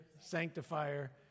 Sanctifier